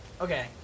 Okay